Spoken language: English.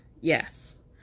yes